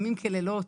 ימים כלילות,